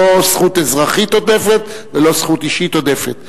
לא זכות אזרחית עודפת ולא זכות אישית עודפת,